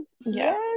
Yes